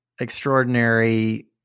extraordinary